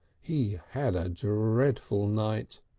he had a dreadful night.